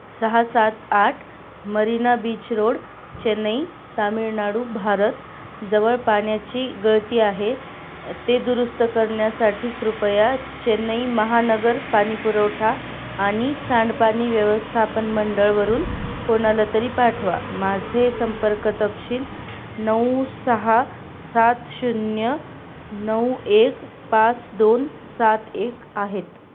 सहा सात आठ मरीना बीच रोड चेन्नई तामिळनाडू भारत जवळ पाण्याची गळती आहे ते दुरुस्त करण्यासाठी कृपया चेन्नई महानगर पाणी पुरवठा आणि सांडपाणी व्यवस्थापन मंडळावरून कोणाला तरी पाठवा माझे संपर्क तपशील नऊ सहा सात शून्य नऊ एक पाच दोन सात एक आहेत